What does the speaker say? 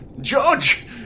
George